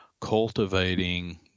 cultivating